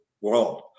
world